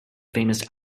famous